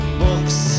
books